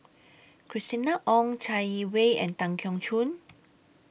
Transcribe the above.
Christina Ong Chai Yee Wei and Tan Keong Choon